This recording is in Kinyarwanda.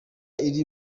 iri